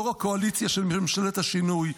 יו"ר קואליציה של ממשלת השינוי,